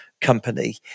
company